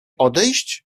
odejść